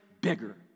bigger